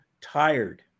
tired